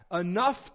enough